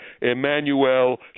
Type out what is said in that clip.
Emmanuel